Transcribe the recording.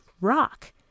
ROCK